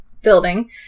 Building